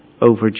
over